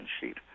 sheet